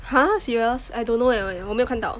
!huh! serious I don't know eh 我没有看到